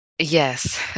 Yes